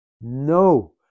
No